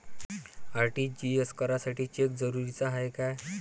RTGS करासाठी cheque जरुरीचा हाय काय?